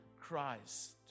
Christ